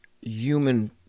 human